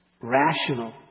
rational